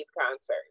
concert